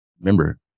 Remember